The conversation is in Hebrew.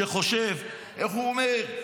שחושב, איך הוא אומר?